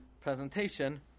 presentation